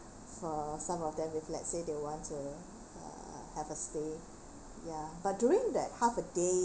for some of them if let's say they want to uh have a stay ya but during that half a day